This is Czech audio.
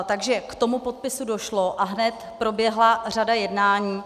Takže k tomu podpisu došlo a hned proběhla řada jednání.